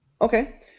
Okay